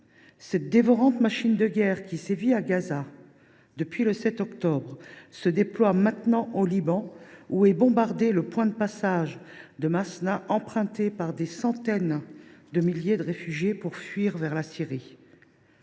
Cette dévorante machine de guerre qui sévit à Gaza depuis le 7 octobre 2023 se déploie maintenant au Liban, où est bombardé le point de passage de Masnaa, qui est emprunté par des centaines de milliers de réfugiés pour fuir vers la Syrie.